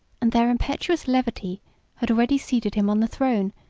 and their impetuous levity had already seated him on the throne,